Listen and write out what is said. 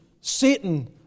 Satan